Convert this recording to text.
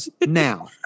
Now